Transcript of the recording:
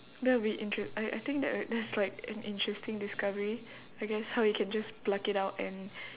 that would be intere~ I I think that would that's like an interesting discovery I guess how you can just pluck it out and